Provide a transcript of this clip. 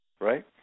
right